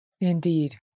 Indeed